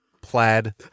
plaid